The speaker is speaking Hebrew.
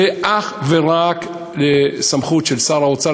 זה אך ורק בסמכות שר האוצר,